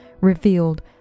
revealed